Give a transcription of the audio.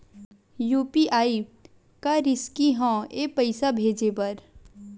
UPI का risky हंव ए पईसा भेजे बर?